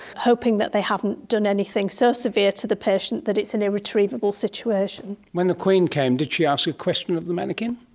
hoping that they haven't done anything so severe to the patient that it's an irretrievable situation. when the queen came, did she ask a question of the manikin?